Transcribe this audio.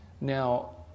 now